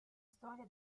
storia